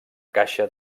caixa